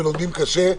ולומדים קשה,